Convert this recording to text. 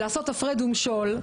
לעשות הפרד ומשול,